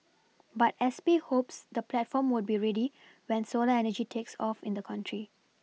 but S P hopes the platform would be ready when solar energy takes off in the country